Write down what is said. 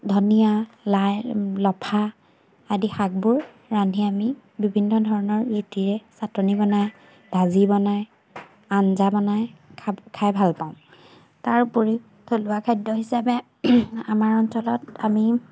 ধনিয়া লাই লফা আদি শাকবোৰ ৰান্ধি আমি বিভিন্ন ধৰণৰ জুতিৰে চাটনি বনাই ভাজি বনাই আঞ্জা বনাই খাব খাই ভালপাওঁ তাৰ উপৰিও থলুৱা খাদ্য হিচাপে আমাৰ অঞ্চলত আমি